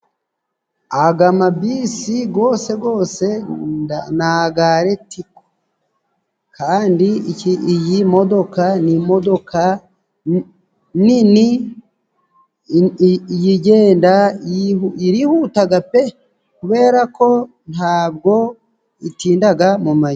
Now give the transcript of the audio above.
Aga mabisi gwose gwose ni aga ritiko kandi iyi modoka ni imodoka nini yigenda irihutaga pe kubera ko ntago itindaga mu mayira.